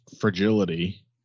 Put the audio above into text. fragility